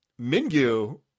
Mingyu